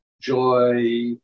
joy